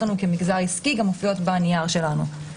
לנו כמגזר עסקי גם מופיעות בנייר שלנו.